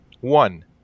One